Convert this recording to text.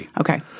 Okay